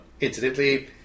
incidentally